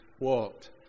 walked